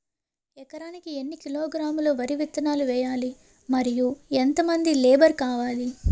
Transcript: ఎకరానికి ఎన్ని కిలోగ్రాములు వరి విత్తనాలు వేయాలి? మరియు ఎంత మంది లేబర్ కావాలి?